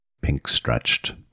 pink-stretched